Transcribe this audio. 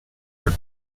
that